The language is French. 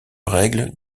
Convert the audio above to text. règle